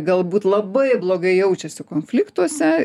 galbūt labai blogai jaučiasi konfliktuose